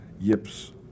Yip's